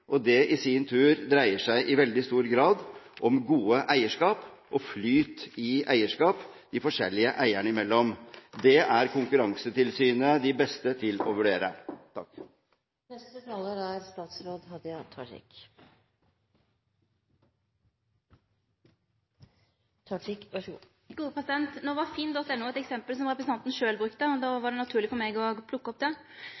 og det i sin tur dreier seg i veldig stor grad om gode eierskap og flyt i eierskap de forskjellige eierne imellom. Det er Konkurransetilsynet de beste til å vurdere. FINN.no var eit eksempel som representanten sjølv brukte, og då var det